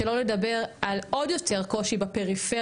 שלא לדבר על קושי גדול יותר בפריפריה,